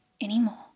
anymore